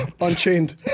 Unchained